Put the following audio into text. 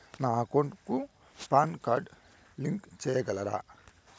నా అకౌంట్ కు PAN card link సేయగలరా?